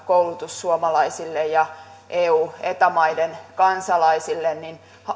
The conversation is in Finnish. koulutus suomalaisille ja eu ja eta maiden kansalaisille